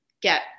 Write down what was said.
get